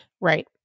Right